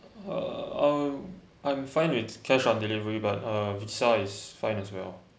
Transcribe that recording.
um I'm fine with cash on delivery but uh size fine as well